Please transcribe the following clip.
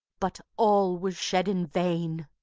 but all was shed in vain.